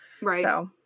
Right